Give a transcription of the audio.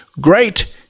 great